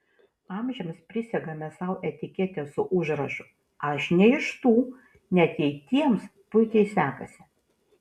amžiams prisegame sau etiketę su užrašu aš ne iš tų net jei tiems puikiai sekasi